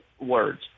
words